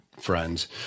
friends